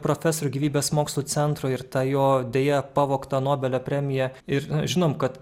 profesorių gyvybės mokslų centro ir tą jo deja pavogtą nobelio premiją ir žinom kad